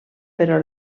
però